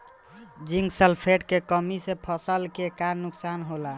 Zinc sulphate के कमी से फसल के का नुकसान होला?